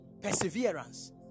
perseverance